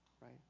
right